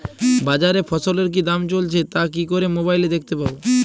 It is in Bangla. বাজারে ফসলের কি দাম চলছে তা কি করে মোবাইলে দেখতে পাবো?